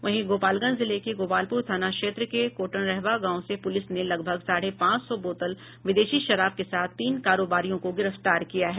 वहीं गोपालगंज जिले के गोपालपुर थाना क्षेत्र के कोटनरहवा गांव से पुलिस ने लगभग साढ़े पांच सौ बोतल विदेशी शराब के साथ तीन कारोबारियों को गिरफ्तार किया है